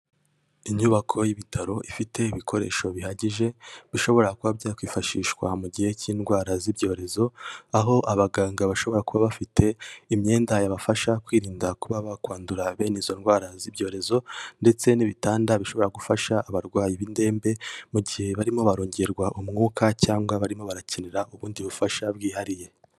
Inyubako y'ibitaro ifite ibikoresho bihagije bishobora kuba byakwifashishwa mu gihe cy'indwara z'ibyorezo, aho abaganga bashobora kuba bafite imyenda yabafasha kwirinda kuba bakwandura bene izo ndwara z'ibyorezo, ndetse n'ibitanda bishobora gufasha abarwayi b'indembe mu gihe barimo barongererwa umwuka cyangwa barimo barakenera ubundi bufasha bwihariye.